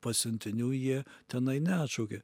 pasiuntinių jie tenai neatšaukė